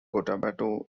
cotabato